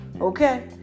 okay